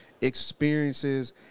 experiences